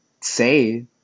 say